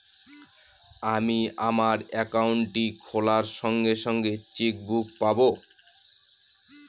আমি আমার একাউন্টটি খোলার সঙ্গে সঙ্গে চেক বুক পাবো?